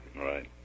Right